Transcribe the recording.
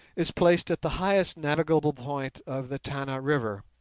is placed at the highest navigable point of the tana river,